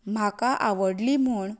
म्हाका आवडली म्हूण